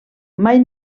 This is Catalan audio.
mai